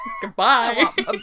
Goodbye